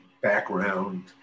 background